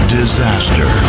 disaster